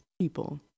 people